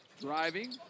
Driving